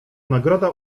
nagroda